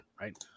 right